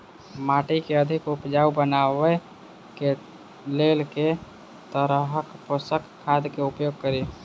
माटि केँ अधिक उपजाउ बनाबय केँ लेल केँ तरहक पोसक खाद केँ उपयोग करि?